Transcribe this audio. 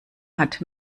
hat